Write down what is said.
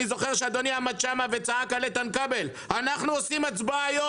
אני זוכר שאדוני עמד שם וצעק על איתן כבל: אנחנו עושים הצבעה היום,